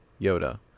Yoda